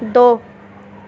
دو